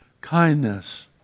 kindness